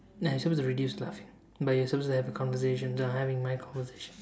no you supposed to reduce laughing but you're suppose to have a conversation so I'm having my conversation